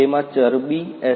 તેમાં ચરબી એસ